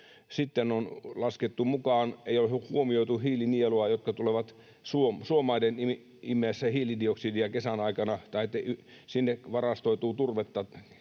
päästöt on laskettu mukaan eikä ole huomioitu hiilinieluja, jotka tulevat suomaiden imiessä hiilidioksidia kesän aikana, tai että sinne varastoituu turvetta